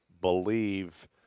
believe